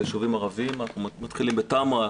נתחיל בטמרה.